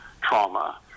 trauma